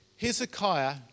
Hezekiah